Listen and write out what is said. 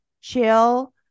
chill